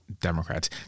Democrats